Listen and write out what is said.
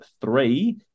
three